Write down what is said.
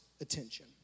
attention